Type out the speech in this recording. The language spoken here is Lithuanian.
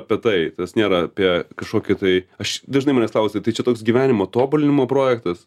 apie tai tas nėra apie kažkokį tai aš dažnai manęs klausia tai čia toks gyvenimo tobulinimo projektas